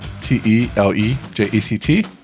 t-e-l-e-j-e-c-t